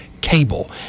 cable